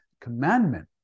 commandment